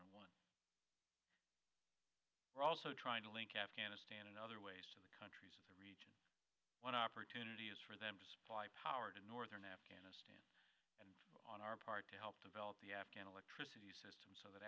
and one we're also trying to link afghanistan and other ways to the countries in the region one opportunity is for them to supply power to northern afghanistan and on our part to help develop the afghan electricity system so that